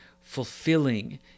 fulfilling